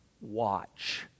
watch